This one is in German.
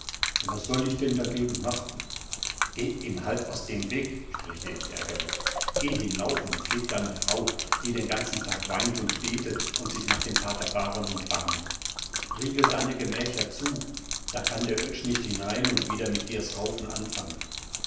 was soll ich denn dagegen machen geh ihm halt aus dem weg spreche ich ärgerlich geh hinauf und pfleg deine frau die den ganzen tag weint und betet und sich nach dem pater faramund barmt riegel deine gemächer zu da kann der oetsch nicht hinein und wieder mit dir's raufen anfangen